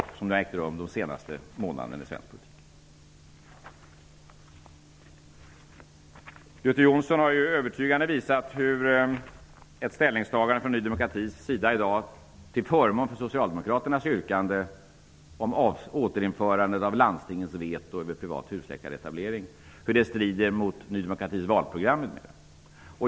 Detta har skett i svensk politik under de senaste månaderna. Göte Jonsson har övertygande visat hur ett ställningstagande från Ny demokratis sida i dag till förmån för Socialdemokraternas yrkande om återinförandet av landstingens veto över privat husläkaretablering strider mot Ny demokratis valprogram.